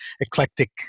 eclectic